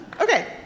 Okay